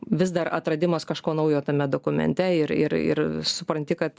vis dar atradimas kažko naujo tame dokumente ir ir ir supranti kad